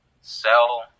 sell